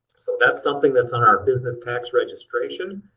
so that's something that's on our business tax registration,